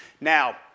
Now